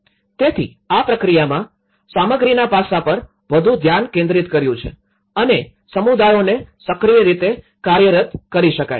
તેથી આ પ્રક્રિયામાં સામગ્રીના પાસા પર વધુ ધ્યાન કેન્દ્રિત કર્યું છે અને સમુદાયોને સક્રિય રીતે કાર્યરત કરી શકાય છે